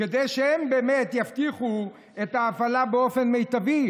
כדי להבטיח את ההפעלה באופן מיטבי,